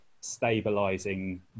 stabilizing